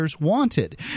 wanted